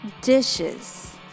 dishes